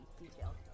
detail